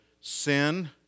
sin